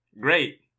Great